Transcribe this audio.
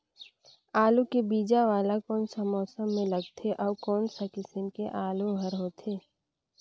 आलू के बीजा वाला कोन सा मौसम म लगथे अउ कोन सा किसम के आलू हर होथे?